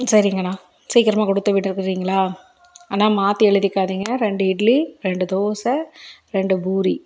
சரிங்கண்ணா சீக்கிரமாக கொடுத்து விடுறீங்களா அண்ணா மாற்றி எ எழுதிக்காதீங்க ரெண்டு இட்லி ரெண்டு தோசை ரெண்டு பூரி